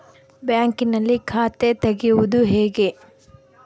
ಬ್ಯಾಂಕಿನಲ್ಲಿ ಖಾತೆ ತೆರೆಯುವುದು ಹೇಗೆ?